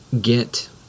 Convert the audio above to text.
get